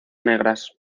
negras